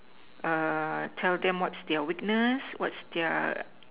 err tell them what's their weakness what's their